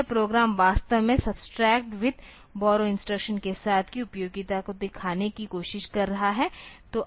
तो यह प्रोग्राम वास्तव में सब्ट्रैक्ट विथ बोर्रो इंस्ट्रक्शंस के साथ की उपयोगिता को दिखाने की कोशिश कर रहा है